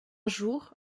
jour